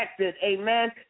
Amen